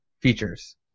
features